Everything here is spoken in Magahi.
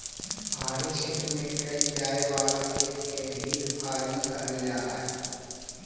पहाड़ी क्षेत्र में कैइल जाए वाला खेत के हिल फार्मिंग कहल जा हई